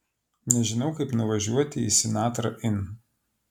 nežinau kaip nuvažiuoti į sinatra inn